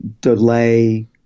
delay